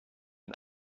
hun